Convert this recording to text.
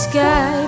Sky